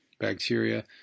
bacteria